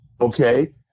okay